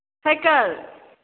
cycle